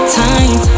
time